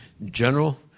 general